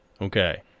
Okay